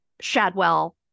Shadwell